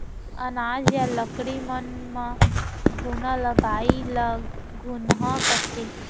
अनाज या लकड़ी मन म घुना लगई ल घुनहा कथें